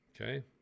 Okay